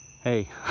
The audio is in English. hey